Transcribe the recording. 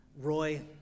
Roy